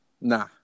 nah